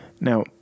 Now